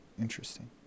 Interesting